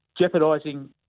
Jeopardising